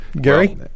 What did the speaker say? Gary